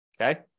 Okay